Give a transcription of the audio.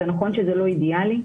נכון שזה לא אידיאלי,